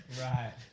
Right